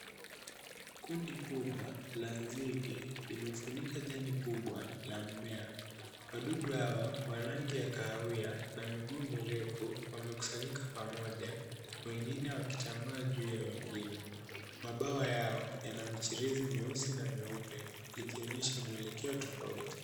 Kundi kubwa la nzige limefunika jani kubwa la mmea. Wadudu hawa wa rangi ya kahawia na miguu mirefu wamekusanyika pamoja wengine wakitambaa juu ya wengine. Mabawa yao yana michirizi mieusi na mieupe likionyesha mwelekeo tofauti.